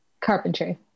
Carpentry